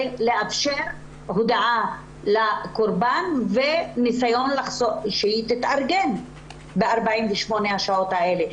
לאפשר הודעה לקורבן כדי שהיא תתארגן ב-48 השעות האלה.